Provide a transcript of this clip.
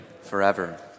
forever